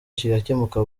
kigakemuka